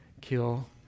kill